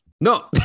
No